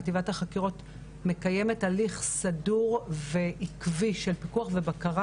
חטיבת החקירות מקיימת הליך סדור ועקבי של פיקוח ובקרה